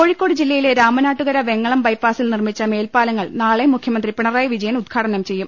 കോഴിക്കോട് ജില്ലയിലെ രാമനാട്ടുകര വെങ്ങളം ബൈപ്പാസിൽ നിർമ്മിച്ച മേൽപ്പാലങ്ങൾ നാളെ മുഖ്യമന്ത്രി പിണറായി വിജയൻ ഉദ്ഘാടനം ചെയ്യും